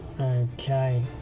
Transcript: Okay